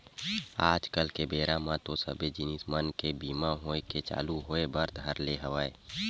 आज कल के बेरा म तो सबे जिनिस मन के बीमा होय के चालू होय बर धर ले हवय